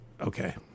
okay